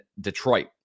Detroit